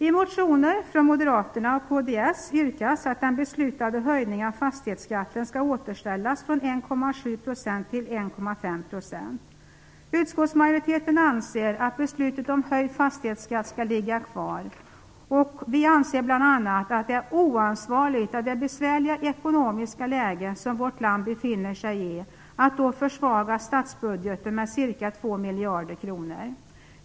I motioner från moderaterna och kds yrkas att den beslutade höjningen av fastighetsskatten skall återställas från 1,7 % till 1,5 %. Utskottsmajoriteten anser att beslutet om höjd fastighetsskatt skall ligga kvar. Vi anser bl.a. att det är oansvarigt att i det besvärliga ekonomiska läge som vårt land befinner sig i försvaga statsbudgeten med ca 2 miljarder kronor.